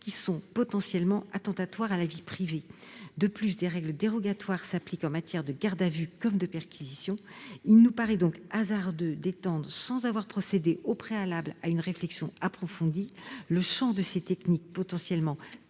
véhicules, potentiellement attentatoires à la vie privée. De plus, des règles dérogatoires s'appliquent en matière de garde à vue comme de perquisition. Il nous paraît hasardeux d'étendre, sans avoir procédé au préalable à une réflexion approfondie, le champ de ces techniques potentiellement très